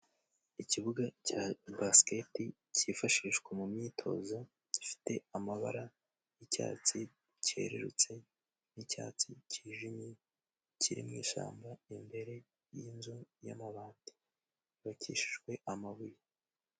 Ikibuga cya basiketi cyifashishwa mu myitozo, gifite amabara y'icyatsi cyererutse, y'icyatsi cyijimye, kiri mu ishyamba imbere y'inzu y' amabati yubakishijwe amabuye.